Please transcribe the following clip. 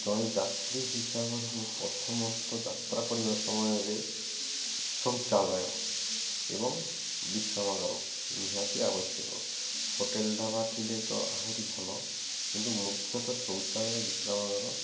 ଜଣେ ଯାତ୍ରୀ ହିସାବରେ ମୁଁ ପ୍ରଥମତଃ ଯାତ୍ରା କରିବା ସମୟରେ ଶୌଚାଳୟ ଏବଂ ବିଶ୍ରାମାଗାର ନିହାତି ଆବଶ୍ୟକ ହୋଟେଲ୍ ଢ଼ାବା ଥିଲେ ତ ଆହୁରି ଭଲ କିନ୍ତୁ ମୁଖ୍ୟତଃ ଶୌଚାଳୟ ବିଶ୍ରାମାଗାର